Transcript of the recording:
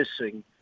missing